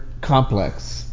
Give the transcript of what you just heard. complex